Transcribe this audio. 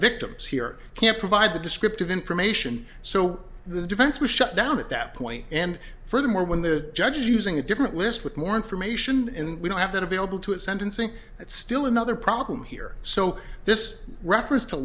victims here can't provide the descriptive information so the defense was shut down at that point and furthermore when the judge is using a different list with more information we don't have that available to a sentencing that's still another problem here so this reference to